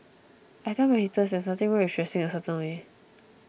I tell my haters there is nothing wrong with dressing a certain way